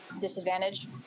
disadvantage